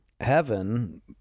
heaven